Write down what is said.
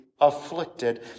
afflicted